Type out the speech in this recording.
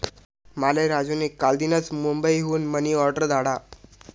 माले राजू नी कालदीनच मुंबई हुन मनी ऑर्डर धाडा